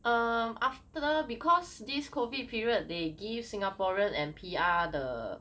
um after because this COVID period they give singaporean and P_R the